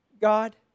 God